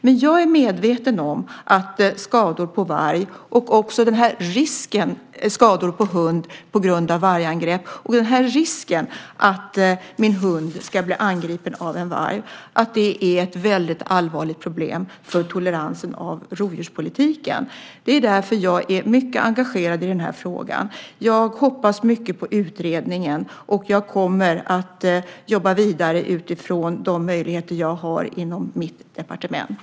Men jag är medveten om att skador på hund och risken att min hund ska bli angripen av en varg är ett väldigt allvarligt problem för toleransen av rovdjurspolitiken. Det är därför som jag är mycket engagerad i den här frågan. Jag hoppas mycket på utredningen, och jag kommer att jobba vidare utifrån de möjligheter jag har inom mitt departement.